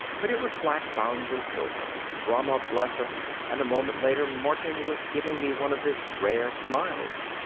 but it was black-bound-with-silver, brahma bless us, and a moment later martin was giving me one of his rare smiles.